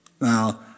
Now